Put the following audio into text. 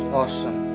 awesome